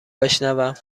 بشنوم